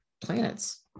planets